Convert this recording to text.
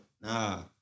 nah